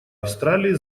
австралии